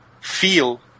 feel